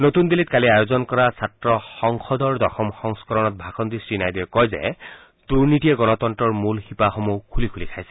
নতুন দিল্লীত কালি আয়োজন কৰা ছাত্ৰ সংসদৰ দশম সংস্থৰণত ভাষণ দি শ্ৰীনাইডুয়ে কয় যে দুৰ্নীতিয়ে গণতন্তৰৰ মূল শিপাসমূহ খুলি খুলি খাইছে